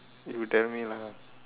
you tell me lah